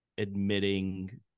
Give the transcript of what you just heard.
admitting